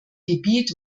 gebiet